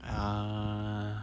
err